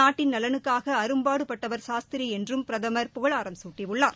நாட்டின் நலனுக்காக அரும்பாடுபட்டவர் சாஸ்திரி என்றும் பிரதமர் புகழாராம் சூட்டியுள்ளார்